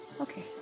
okay